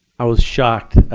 i was shocked.